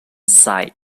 site